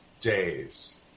days